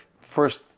first